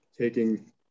taking